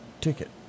ticket